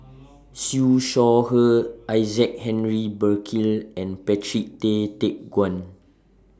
Siew Shaw Her Isaac Henry Burkill and Patrick Tay Teck Guan